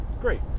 great